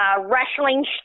wrestling